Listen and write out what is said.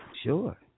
Sure